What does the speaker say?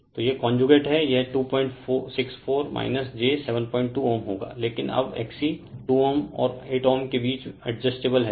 तो यह कोंजूगेट है यह 264 j72Ω होगा लेकिन अब XC 2Ω और8Ω के बीच अडजस्टेबल है